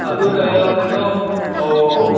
ꯑꯗꯨꯒ ꯀꯩꯅꯣ ꯑꯣ